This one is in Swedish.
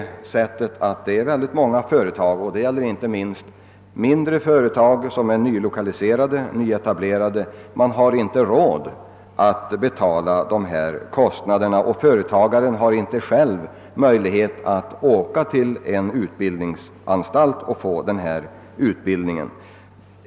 Emellertid är det synnerligen många företag, inte minst nyetablerade mindre företag, som inte har råd att betala dessa kostnader. Företagaren har inte själv möjlighet att åka till en utbildningsanstalt och få denna utbildning.